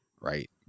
Right